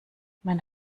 mein